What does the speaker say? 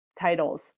titles